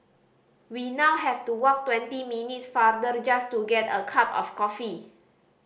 we now have to walk twenty minutes farther just to get a cup of coffee